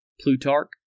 Plutarch